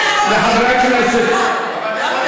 דקה נתתי לך, דקה מעל.